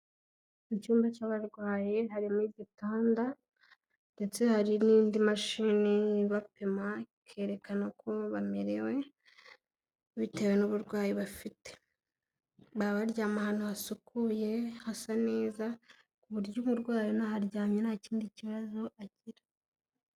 Mu cyumba cy'abarwayi harimo igitanda ndetse hari n'indi mashini ibapima ikerekana ukuntu bamerewe bitewe n'uburwayi bafite. Baba baryama ahantu hasukuye hasa neza, ku buryo umurwayi unaharyamye nta kindi kibazo agira.